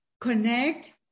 connect